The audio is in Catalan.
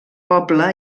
poble